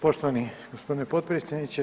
Poštovani gospodine potpredsjedniče.